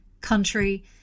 country